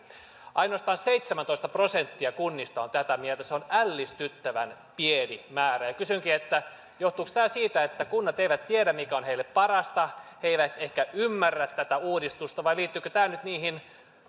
ainoastaan seitsemäntoista prosenttia kunnista on tätä mieltä se on ällistyttävän pieni määrä ja kysynkin johtuuko tämä siitä että kunnat eivät tiedä mikä on heille parasta tai eivät ehkä ymmärrä tätä uudistusta vai liittyykö tämä nyt niihin